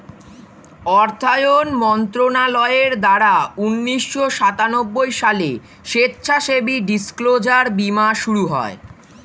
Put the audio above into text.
অর্থায়ন মন্ত্রণালয়ের দ্বারা উন্নিশো সাতানব্বই সালে স্বেচ্ছাসেবী ডিসক্লোজার বীমার শুরু